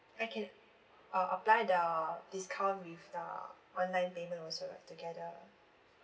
I can uh apply the discount with the online payment also right together